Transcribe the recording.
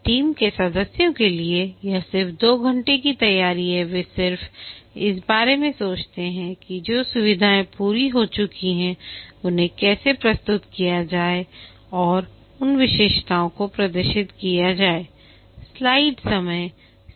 team के सदस्यों के लिए यह सिर्फ 2 घंटे की तैयारी है वे सिर्फ इस बारे में सोचते हैं कि जो सुविधाएँ पूरी हो चुकी हैं उन्हें कैसे प्रस्तुत किया जाए और उन विशेषताओं को प्रदर्शित किया जाए